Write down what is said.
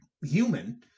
human